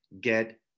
get